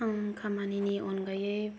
आं खामानिनि अनगायै